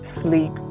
Sleep